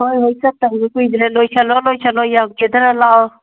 ꯍꯣꯏ ꯍꯣꯏ ꯆꯠꯇꯧꯁꯨ ꯀꯨꯏꯗ꯭ꯔꯦ ꯂꯣꯏꯁꯤꯜꯂꯣ ꯂꯣꯏꯁꯤꯜꯂꯣ ꯌꯥꯝ ꯀꯦꯗꯔꯥ ꯂꯥꯛꯑꯣ